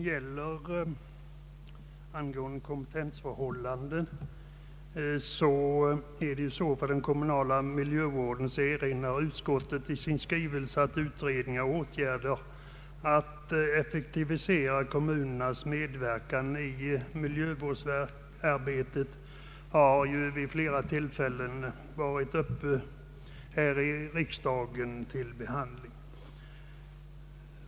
Beträffande kompetensförhållandena på den kommunala miljövårdens område erinrar utskottet i sin skrivning om att utredningar och åtgärder för att effektivisera kommunernas medverkan i miljövårdsarbetet vid flera tillfällen under senare år har varit uppe till behandling här i riksdagen.